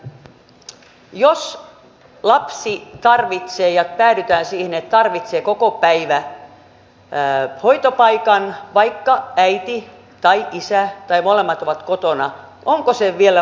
jos päädytään siihen että lapsi tarvitsee kokopäivähoitopaikan vaikka äiti tai isä tai molemmat ovat kotona onko se vielä mahdollista